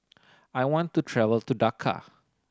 I want to travel to Dhaka